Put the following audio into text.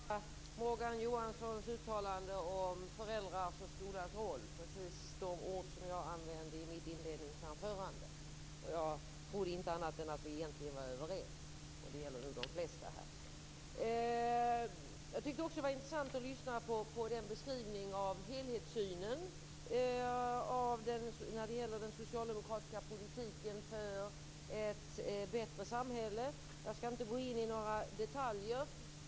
Fru talman! Det gläder mig att höra Morgan Johanssons uttalande om föräldrarnas och skolans roll. Det var precis de ord som jag använde i mitt inledningsanförande. Jag trodde inte heller annat än att vi egentligen var överens - och det gäller nog de flesta här. Jag tyckte också att det var intressant att lyssna på beskrivningen av helhetssynen när det gäller den socialdemokratiska politiken för ett bättre samhälle. Jag skall inte gå in på några detaljer.